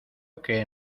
que